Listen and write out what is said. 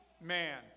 man